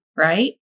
right